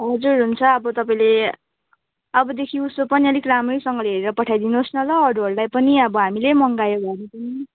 हजुर हुन्छ अब तपाईँले अबदेखि उसो पनि अलिक राम्रैसँगले हेरेर पठाइदिनुहोस् न ल अरूहरूलाई पनि अब हामीले मगायो भने पनि